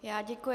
Já děkuji.